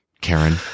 Karen